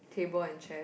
table and chair